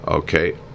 Okay